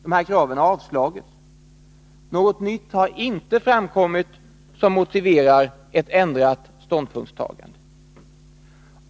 Dessa krav har avslagits. Något nytt har icke framkommit som motiverar ett ändrat ståndpunktstagande.